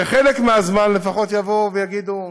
בחלק מהזמן, לפחות יבואו ויגידו: